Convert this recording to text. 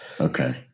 Okay